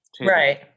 Right